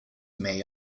may